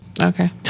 Okay